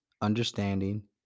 understanding